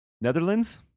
Netherlands